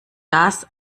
das